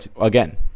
again